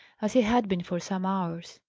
as he had been for some hours.